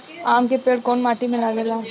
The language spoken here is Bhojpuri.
आम के पेड़ कोउन माटी में लागे ला?